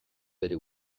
bere